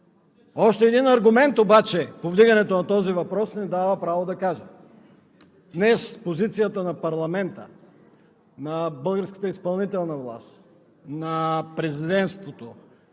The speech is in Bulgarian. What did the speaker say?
Още един аргумент обаче – повдигането на този въпрос ни дава право да кажем: днес позицията на парламента, на българската изпълнителна власт, на Президентството,